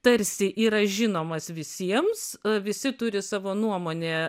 tarsi yra žinomas visiems visi turi savo nuomonę